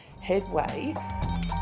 headway